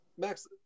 Max